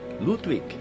Ludwig